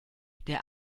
der